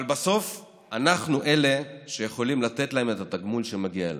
אבל בסוף אנחנו אלה שיכולים לתת להם את התגמול שמגיע להם.